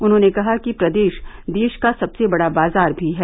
उन्होंने कहा कि प्रदेश देश का सबसे बड़ा बाजार भी है